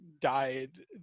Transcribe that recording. died